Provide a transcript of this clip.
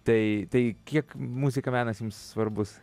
tai tai kiek muzika menas jums svarbus